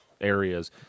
areas